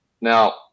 now